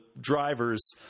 drivers